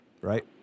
right